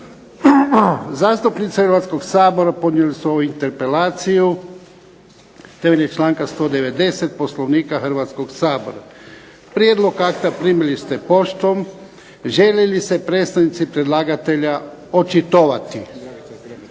Zastupnici Hrvatskog sabora podnijeli su ovu interpelaciju temeljem čl. 190. Poslovnika Hrvatskog sabora. Prijedlog akta primili ste poštom. Žele li se predstavnici predlagatelja očitovati?